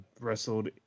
wrestled